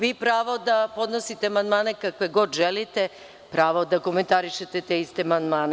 Vi imate pravo da podnosite amandmane kakve god želite, pravo da komentarišete te iste amandmane.